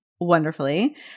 wonderfully